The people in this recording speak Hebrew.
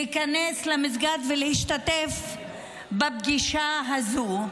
להיכנס למסגד ולהשתתף בפגישה הזו.